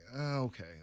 okay